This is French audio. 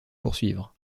poursuivre